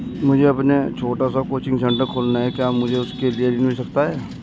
मुझे अपना छोटा सा कोचिंग सेंटर खोलना है क्या मुझे उसके लिए ऋण मिल सकता है?